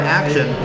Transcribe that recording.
action